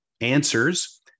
answers